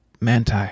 Manti